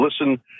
listen